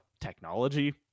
technology